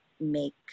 make